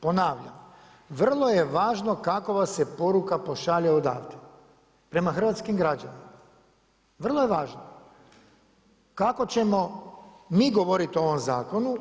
Ponavljam vrlo je važno kakva se poruka pošalje odavde prema hrvatskim građanima, vrlo je važna kako ćemo mi govoriti o ovom zakonu.